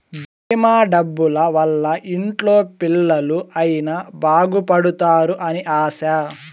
భీమా డబ్బుల వల్ల ఇంట్లో పిల్లలు అయిన బాగుపడుతారు అని ఆశ